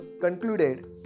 concluded